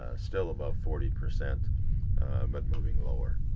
still about forty percent but moving lower.